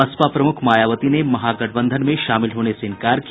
बसपा प्रमुख मायावती ने महागठबंधन में शामिल होने से इंकार किया